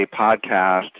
podcast